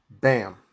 Bam